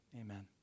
amen